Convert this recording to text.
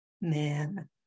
man